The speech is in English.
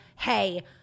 hey